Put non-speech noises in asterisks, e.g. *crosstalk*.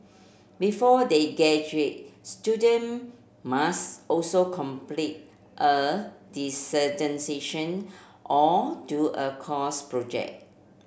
before they graduate student must also complete a *unintelligible* or do a course project